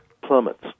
plummets